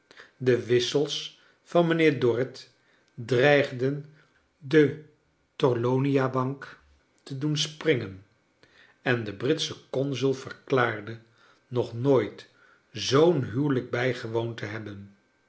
de wissels van mijnheer dorrit dreigden de torlonia bank te doen springen en de britsche consul verklaarde nog nooit zoon huwelijk bijgewoond te hebben